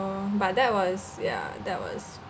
but that was ya that was